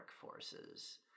forces